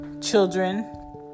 children